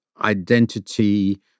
identity